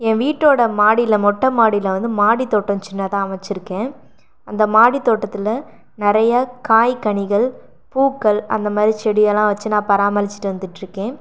என் வீட்டோடய மாடியில் மொட்டை மாடியில் வந்து மாடித்தோட்டம் சின்னதாக அமைச்சிருக்கேன் அந்த மாடி தோட்டத்தில் நிறைய காய்கனிகள் பூக்கள் அந்த மாதிரி செடி எல்லாம் வச்சு நான் பராமரித்திட்டு வந்துட்டு இருக்கேன்